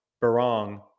Barong